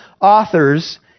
authors